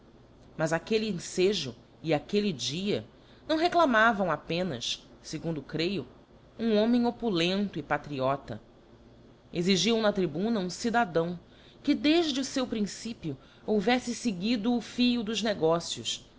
mas aquelle enfejo e aquelle dia não reclamavam apenas fegundo creio um homem opulento e patriota exigiam na tribuna um cidadão que defde o feu principio houveffe feguido o fio dos negócios